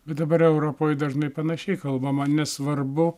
bet dabar europoj dažnai panašiai kalbama nesvarbu